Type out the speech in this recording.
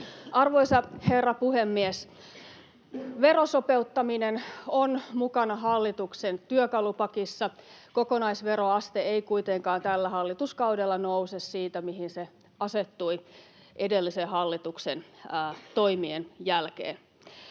Arvoisa herra puhemies! Verosopeuttaminen on mukana hallituksen työkalupakissa. Kokonaisveroaste ei kuitenkaan tällä hallituskaudella nouse siitä, mihin se asettui edellisen hallituksen toimien jälkeen.